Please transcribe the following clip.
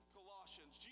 Colossians